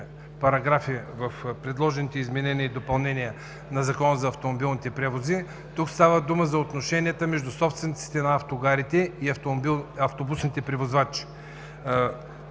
параграфи в предложените изменения и допълнения на Закона за автомобилните превози. Тук става дума за отношенията между собствениците на автогарите и автобусните превозвачи.